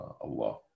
Allah